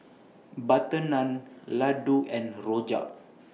Butter Naan Laddu and Rojak